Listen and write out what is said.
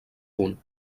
punt